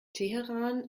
teheran